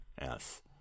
Yes